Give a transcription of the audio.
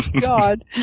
God